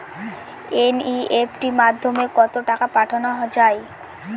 NEFT মাধ্যমে কত টাকা পাঠানো যায়?